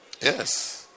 Yes